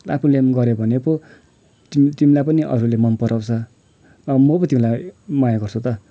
आफूले नि गऱ्यो भने पो तिम् तिमीलाई नि अरूले मनपराउँछ अब म पो तिमीलाई माया गर्छु त